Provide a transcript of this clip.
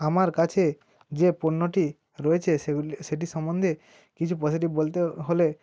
আমার কাছে যে পণ্যটি রয়েছে সেগুলি সেটির সম্বন্ধে কিছু পজিটিভ বলতে হলে